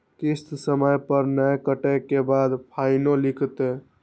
किस्त समय पर नय कटै के बाद फाइनो लिखते?